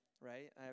right